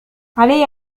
علي